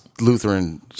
lutheran